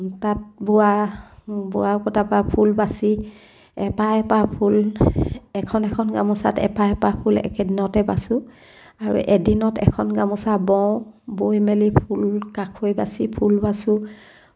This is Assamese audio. তাঁত বোৱা বোৱা কটা পৰা ফুল বাচি এপাহ এপাহ ফুল এখন এখন গামোচাত এপাহ এপাহ ফুল একেদিনতে বাছোঁ আৰু এদিনত এখন গামোচা বওঁ বৈ মেলি ফুল কাখৈ বাচি ফুল বাচোঁ